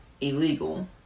illegal